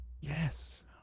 Yes